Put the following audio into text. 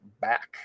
back